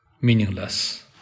meaningless